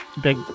big